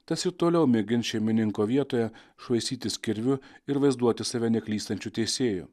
tas ir toliau mėgins šeimininko vietoje švaistytis kirviu ir vaizduoti save neklystančiu teisėju